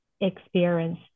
experience